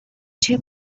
two